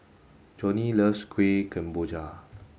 Johnny loves Kuih Kemboja